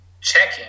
checking